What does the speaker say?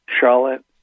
Charlotte